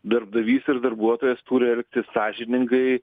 darbdavys ir darbuotojas turi elgtis sąžiningai